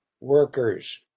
workers